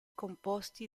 composti